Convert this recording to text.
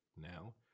now